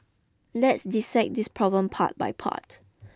let's dissect this problem part by part